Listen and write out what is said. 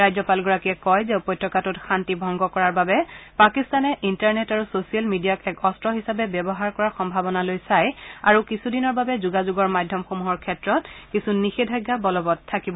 ৰাজ্যপালগৰাকীয়ে কয় যে উপত্যকাটোত শান্তি ভংগ কৰাৰ বাবে পাকিস্তানে ইণ্টাৰনেট আৰু ছচিয়েল মিডিয়াক এক অস্ত্ৰ হিচাপে ব্যৱহাৰ কৰাৰ সম্ভাৱনালৈ চাই আৰু কিছুদিনৰ বাবে যোগাযোগৰ মাধ্যমসমূহৰ ক্ষেত্ৰত কিছু নিষেধাজ্ঞা বলৱৎ থাকিব